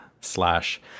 slash